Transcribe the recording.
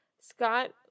Scott